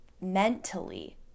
mentally